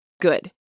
good